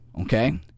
okay